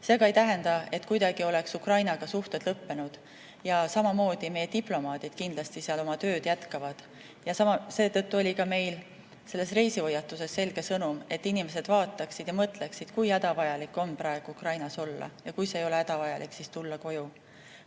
See aga ei tähenda kuidagi, et Ukrainaga oleks suhted lõppenud. Samamoodi meie diplomaadid kindlasti seal oma tööd jätkavad. Seetõttu oli meil ka selles reisihoiatuses selge sõnum, et inimesed vaataksid ja mõtleksid, kui hädavajalik on neil praegu Ukrainas olla. Kui see ei ole hädavajalik, siis [soovitame]